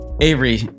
Avery